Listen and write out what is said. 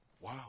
Wow